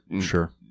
sure